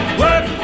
work